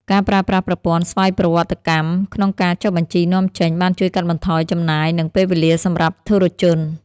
ការប្រើប្រាស់ប្រព័ន្ធស្វ័យប្រវត្តិកម្មក្នុងការចុះបញ្ជីនាំចេញ បានជួយកាត់បន្ថយចំណាយ និងពេលវេលាសម្រាប់ធុរជន។